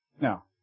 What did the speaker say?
Now